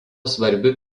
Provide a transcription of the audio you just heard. svarbiu